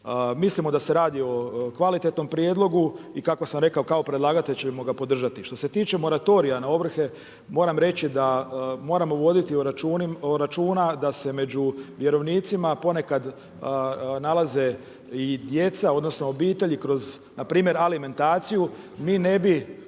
Mislimo da se radi o kvalitetnom prijedlogu i kako sam rekao kao predlagatelj ćemo ga podržati. Što se tiče moratorija na ovrhe, moram reći da moramo voditi računa da se među vjerovnicima, ponekad nalaze i djeca, odnosno obitelji kroz npr. alimentaciju, mi ne bi,